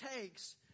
takes